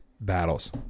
battles